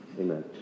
Amen